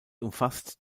umfasst